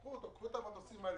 קחו את המטוסים האלה,